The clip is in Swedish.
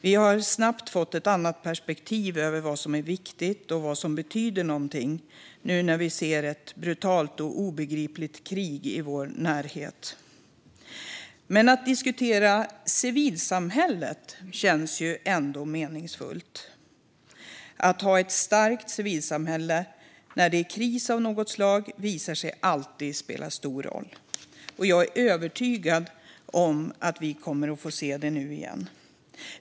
Vi har snabbt fått ett annat perspektiv på vad som är viktigt och betyder någonting, när vi nu ser ett brutalt och obegripligt krig i vår närhet. Men att diskutera civilsamhället känns ändå meningsfullt. Att ha ett starkt civilsamhälle när det är kris av något slag visar sig alltid spela stor roll, och jag är övertygad om att vi kommer att få se det nu igen.